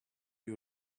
you